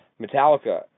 Metallica